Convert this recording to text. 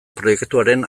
proiektuaren